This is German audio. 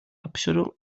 abschottung